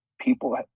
people